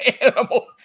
animal